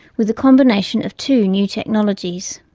with the combination of two new technologies.